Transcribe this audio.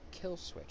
Killswitch